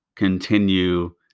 Continue